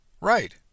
Right